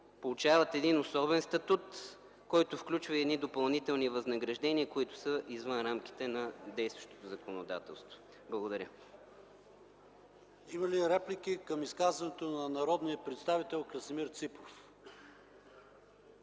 получават един особен статут, който включва едни допълнителни възнаграждения, които са извън рамките на действащото законодателство. Благодаря. ПРЕДСЕДАТЕЛ ПАВЕЛ ШОПОВ: Има ли реплики към изказването на народния представител Красимир Ципов?